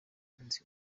nzi